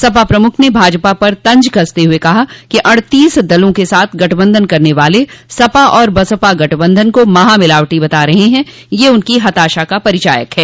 सपा प्रमुख ने भाजपा पर तंज कसते हुए कहा कि अड़तीस दलों के साथ गठबंधन करने वाले सपा और बसपा गठबधन को महामिलावटी बता रहे हैं यह उनकी हताशा का परिचायक है